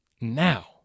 Now